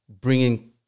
bringing